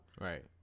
Right